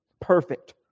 perfect